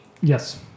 Yes